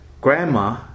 grandma